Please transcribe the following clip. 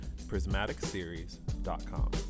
prismaticseries.com